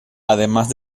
además